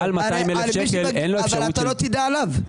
עליו.